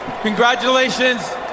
Congratulations